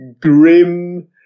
grim